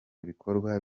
bikorwa